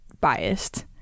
biased